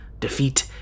defeat